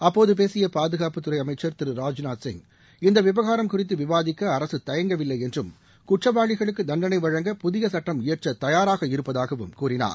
அப்போது பேசிய பாதுகாப்புத்துறை அமைச்சர் திரு ராஜ்நாத் சிங் இந்த விவகாரம் குறித்து விவாதிக்க அரசு தயங்கவில்லை என்றும் குற்றவாளிகளுக்கு தண்டனை வழங்க புதிய சுட்டம் இயற்ற தயாராக இருப்பதாகவும் கூறினார்